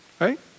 Right